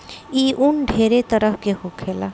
ई उन ढेरे तरह के होखेला